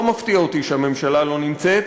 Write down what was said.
לא מפתיע אותי שהממשלה לא נמצאת,